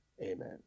Amen